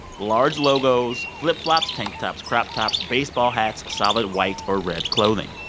large logos, flip flops, tank tops, crop tops, baseball hats, solid white or red clothing.